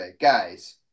Guys